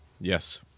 Yes